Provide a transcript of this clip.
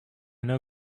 know